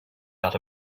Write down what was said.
out